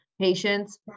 patients